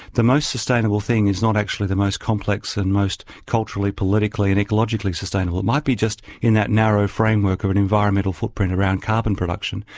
the most sustainable thing is not actually the most complex and most culturally, politically and ecologically sustainable. it might be just in that narrow framework of an environmental footprint around carbon production.